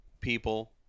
people